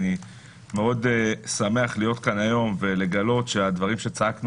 אני מאוד שמח להיות כאן היום ולגלות שהדברים שצעקנו